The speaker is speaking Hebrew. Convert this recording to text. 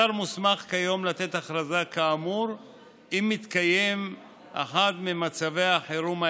השר מוסמך כיום לתת הכרזה כאמור אם מתקיים אחד ממצבי החירום האלה: